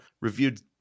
reviewed